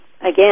again